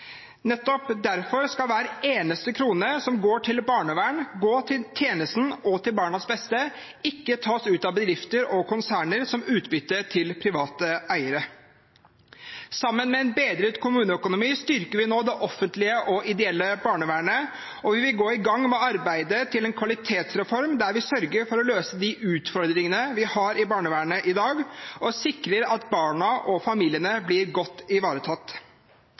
Nettopp derfor skal hver eneste krone som går til barnevern, gå til tjenesten og til barnas beste, ikke tas ut av bedrifter og konserner som utbytte til private eiere. Sammen med en bedret kommuneøkonomi styrker vi nå det offentlige og ideelle barnevernet, og vi vil gå i gang med arbeidet med en kvalitetsreform der vi sørger for å løse de utfordringene vi har i barnevernet i dag, og sikrer at barna og familiene blir godt ivaretatt.